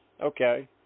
Okay